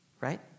right